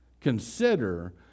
consider